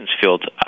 field